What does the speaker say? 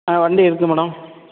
ஆ வண்டி இருக்குது மேடம்